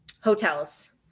hotels